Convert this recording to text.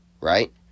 right